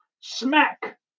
Smack